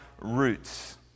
roots